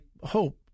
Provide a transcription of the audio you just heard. hope